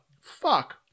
fuck